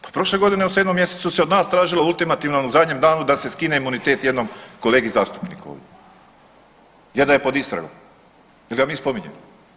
Pa prošle godine u 7. mjesecu se od nas tražilo ultimativno u zadnjem danu da se skine imunitet jednom kolegi zastupniku ovdje jer da je pod istragom, jer ga mi spominjemo.